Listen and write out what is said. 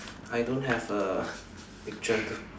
I don't have a picture to